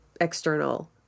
external